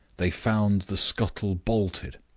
they found the scuttle bolted,